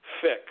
fix